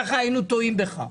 ככה היינו טועים בך.